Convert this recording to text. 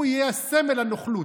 הוא יהיה סמל הנוכלות,